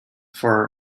for